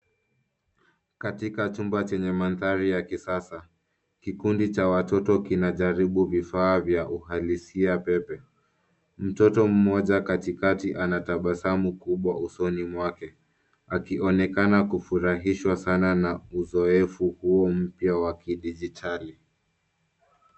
Katika chumba chenye mandhari ya kisasa, kikundi cha watoto kinajaribu vifaa vya uhalisia pepe. Mtoto mmoja katikati ana tabasamu kubwa usoni mwake akionekana kufurahishwa sana na uzoefu huu mpya wa kidijitali.